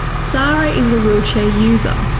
sara is a wheelchair user.